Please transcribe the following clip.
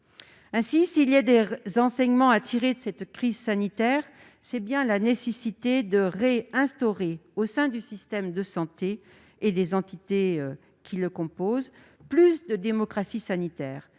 sont prêts. Si un enseignement doit être tiré de cette crise sanitaire, c'est bien qu'il est nécessaire de réinstaurer au sein du système de santé et des entités qui le composent plus de démocratie sanitaire.